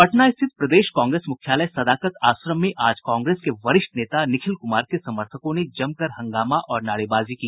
पटना स्थित प्रदेश कांग्रेस मुख्यालय सदाकत आश्रम में आज कांग्रेस के वरिष्ठ नेता निखिल कुमार के समर्थकों ने जमकर हंगामा और नारेबाजी की